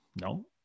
No